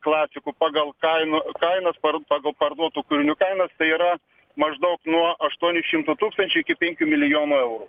klasikų pagal kainų kainas pagal parduotų kūrinių kainas tai yra maždaug nuo aštuonių šimtų tūkstančių iki penkių milijonų eurų